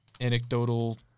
anecdotal